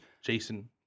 Jason